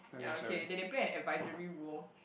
ya okay they they play an advisory role